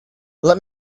let